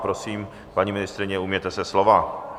Prosím, paní ministryně, ujměte se slova.